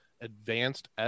advanced